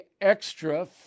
extra